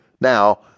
Now